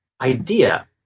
idea